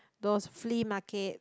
those flea market